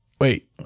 Wait